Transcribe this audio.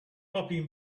popping